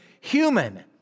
human